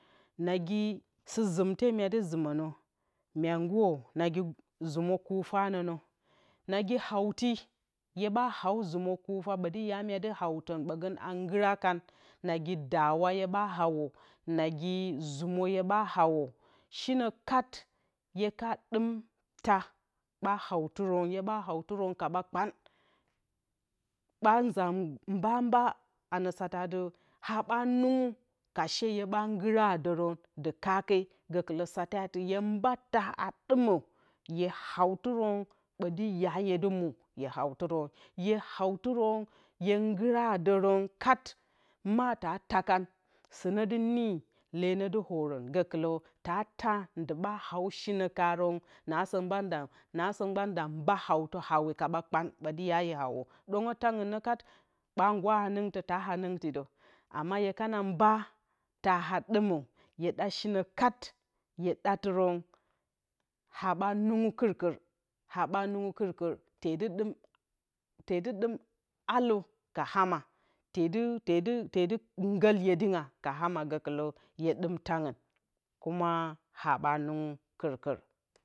Nagi sɨzumte mye ɗu zumo nə mya nguro nagi zumo kufa nonə nagi hawti ya ɓa haw zumo kufa ɓoti ya mya ɗu hawtɨn ɓogon a ngura kan nagi daura hye ɓa hawo, nagi zumo hye ɓa hawo shino kat hye ka ɗum taa ɓa haw tɨrou, hye ɓa how tɨron kaba kpan ɓa nza mbakmbak ano satati ha ɓa nɨngu ka she hye ɓa ngura doron ndu kake gukulo satati hye mba taaa ɗumə hye hawtɨ row ɓtɨ ya hyedɨ mwo hye hawtɨrou hye how tɨron hye nguradɨron kat ma ta taa kah sɨnə ndɨ niyi le no ɗu oron gokulo ta taa nduma haw shino karon na so gbau na so gbau nda mba hawtə hawi kaba kpan ɓotɨ ya hye hawo, ɗonguə taangnə kat ɓo a nduwa hantɨngtə da hinɨngtɨ də mbak mbak hye kana mba taa a ɗumə hye ɗa shinə kat hye ɗa tɨron ha ɓa nnungu kɨrkɨr haɓa nnungu bɨrkɨr, tedɨ ɗum te dɨ dum alə ka ama, tedɨ tedɨ tedɨ gɨl yedinga ka ama gokulə hye dɨm taangn kuma haɓa nnung kɨrkɨri.